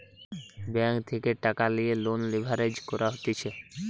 bank থেকে টাকা লিয়ে লোন লিভারেজ করা হতিছে